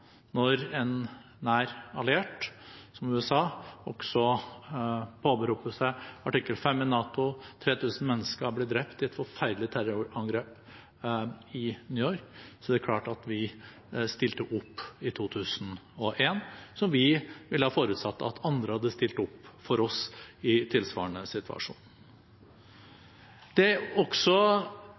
Når en nær alliert som USA påberoper seg artikkel 5 i NATO – 3 000 mennesker ble drept i et forferdelig terrorangrep i New York – er det klart at vi i 2001 stilte opp, som vi ville forutsatt at andre hadde stilt opp for oss i en tilsvarende situasjon. Det er